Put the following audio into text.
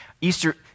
Easter